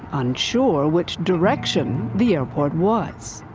unsure which direction the airport was.